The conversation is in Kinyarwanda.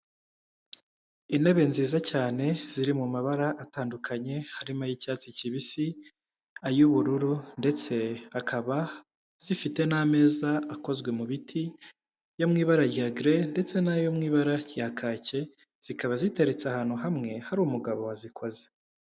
Intebe nziza cyane ziri mu mabara atandukanye, harimo ay'icyatsi kibisi, ay'ubururu ndetse akaba zifite n'ameza akozwe mu biti yo mu ibara rya gere ndetse n'ayo mu ibara rya kake, zikaba ziteretse ahantu hamwe hari umugabo wazikoze.